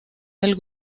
del